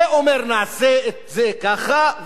זה אומר: נעשה את זה ככה,